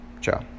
ciao